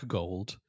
gold